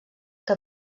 que